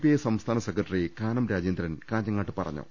I സംസ്ഥാന secretary Kanam Rajendran കാഞ്ഞങ്ങാട്ട് പറഞ്ഞു